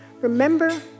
Remember